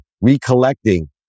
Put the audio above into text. recollecting